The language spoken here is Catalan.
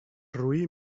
roí